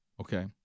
okay